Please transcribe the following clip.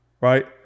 Right